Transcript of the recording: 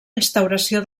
instauració